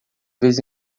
vez